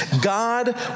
God